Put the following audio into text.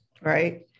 Right